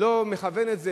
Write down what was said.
לא מכוון את זה,